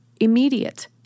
immediate